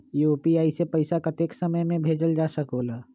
UPI से पैसा कतेक समय मे भेजल जा स्कूल?